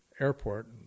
airport